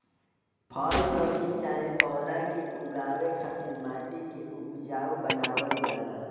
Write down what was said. फल सब्जी चाहे पौधा के उगावे खातिर माटी के उपजाऊ बनावल जाला